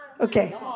okay